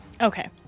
Okay